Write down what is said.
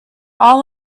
all